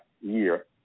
year